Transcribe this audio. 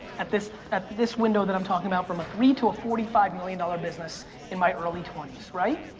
at this at this window that i'm talking about, from a three to a forty five million dollars business in my early twenty s. right?